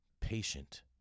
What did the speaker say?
patient